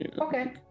Okay